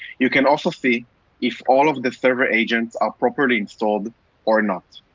you can also see if all of the server agents are properly installed or not.